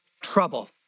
trouble